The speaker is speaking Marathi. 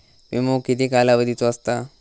विमो किती कालावधीचो असता?